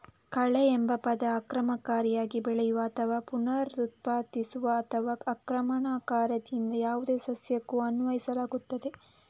ಕಳೆಎಂಬ ಪದ ಆಕ್ರಮಣಕಾರಿಯಾಗಿ ಬೆಳೆಯುವ ಅಥವಾ ಪುನರುತ್ಪಾದಿಸುವ ಅಥವಾ ಆಕ್ರಮಣಕಾರಿಯಾದ ಯಾವುದೇ ಸಸ್ಯಕ್ಕೂ ಅನ್ವಯಿಸಲಾಗುತ್ತದೆ